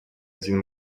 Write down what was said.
один